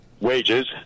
wages